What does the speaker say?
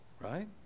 right